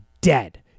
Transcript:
dead